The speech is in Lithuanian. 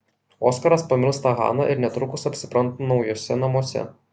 oskaras pamilsta haną ir netrukus apsipranta naujuose namuose